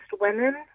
women